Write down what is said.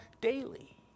Daily